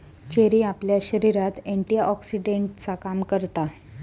cherry आपल्या शरीरात एंटीऑक्सीडेंटचा काम करता